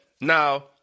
Now